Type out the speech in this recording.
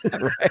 right